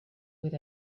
with